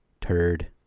turd